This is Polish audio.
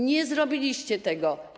Nie zrobiliście tego.